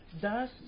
thus